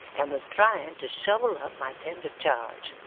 and was trying to shovel up my tender charge,